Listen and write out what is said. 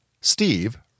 Steve